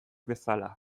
bezala